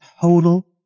total